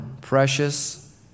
precious